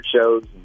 shows